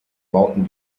bauten